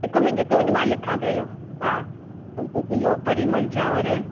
हिक मिन्ट हिक मिन्ट मां लिखा पहिरियो हा अधु किलो परिमल चावर